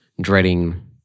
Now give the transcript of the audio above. dreading